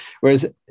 whereas